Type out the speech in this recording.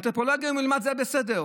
אנתרופולוגיה, אם הוא ילמד, זה בסדר.